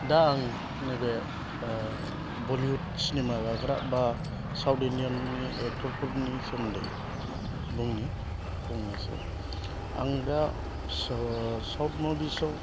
दा आं नैबे बलिउड सिनेमा गाग्रा एबा साउथ इन्डियानि एक्टरफोरनि सोमोन्दै बुंनि फंनैसो आं दा साउथ मुभिसाव